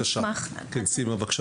סימה, בבקשה.